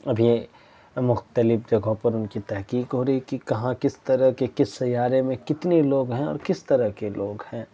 ابھی مختلف جگہوں پر ان کی تحقیق ہو رہی ہے کہ کہاں کس طرح کے کس سیارے میں کتنے لوگ اور کس طرح کے لوگ ہیں